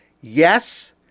Yes